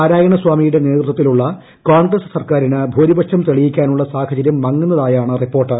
നാരായണസ്വാമിയുടെ നേതൃത്വത്തിലുള്ള കോൺഗ്രസ് സർക്കാരിന് ഭൂരിപക്ഷം തെളിയിക്കാനുള്ള സാഹചര്യം മങ്ങുന്നതായാണ് റിപ്പോർട്ട്